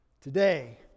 Today